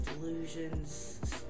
delusions